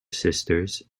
sisters